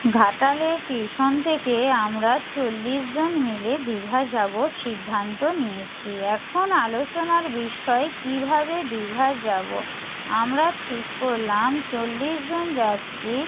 ঘাটালের টিউশন থেকে আমরা চল্লিশ জন মিলে দীঘা যাব সিদ্ধান্ত নিয়েছি এখন আলোচনার বিষয় কীভাবে দীঘা যাব আমরা ঠিক করলাম চল্লিশ জন যাত্রী